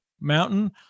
mountain